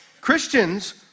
Christians